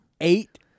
Eight